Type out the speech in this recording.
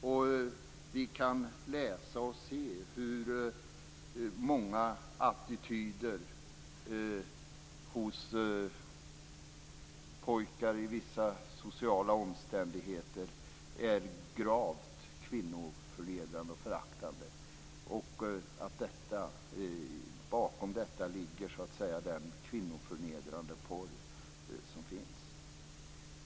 Vi kan läsa och se hur många attityder hos pojkar i vissa sociala omständigheter är gravt kvinnoförnedrande och föraktande och att det bakom detta ligger den kvinnoförnedrande porr som finns.